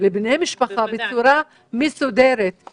לבני משפחה בצורה מסודרת,